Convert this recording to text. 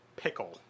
Pickle